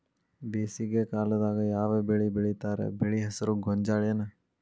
ಬೇಸಿಗೆ ಕಾಲದಾಗ ಯಾವ್ ಬೆಳಿ ಬೆಳಿತಾರ, ಬೆಳಿ ಹೆಸರು ಗೋಂಜಾಳ ಏನ್?